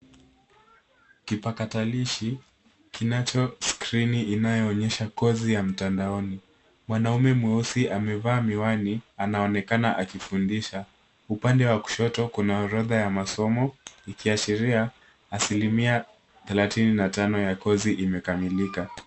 Kipatakalisha kinacho skrini inayoonyesha kozi ya mtandaoni. Mwanamume mweusi amevaa miwani anaonekana akifundisha. Upande wa kushoto kuna orodha ya masomo ikiashiria asilimia thelathini na tano ya kozi imekamilika.